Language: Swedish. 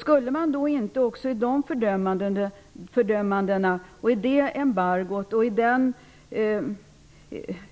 Skulle man inte kunna ta upp Kosova i samband med